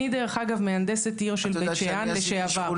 אני דרך אגב מהנדסת עיר של בית שאן לשעבר.